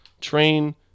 Train